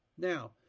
Now